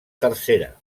tercera